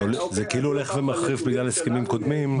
זה כאילו הולך ומחריף בגלל הסכמים קודמים,